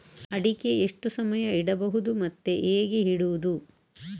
ಅಡಿಕೆ ಎಷ್ಟು ಸಮಯ ಇಡಬಹುದು ಮತ್ತೆ ಹೇಗೆ ಇಡುವುದು?